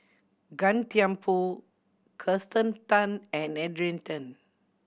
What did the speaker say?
Gan Thiam Poh Kirsten Tan and Adrian Tan